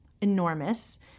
enormous